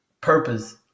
purpose